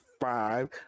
five